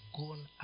gone